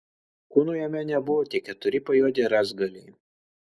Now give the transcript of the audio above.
kūno jame nebuvo tik keturi pajuodę rąstgaliai